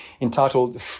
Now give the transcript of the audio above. entitled